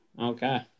okay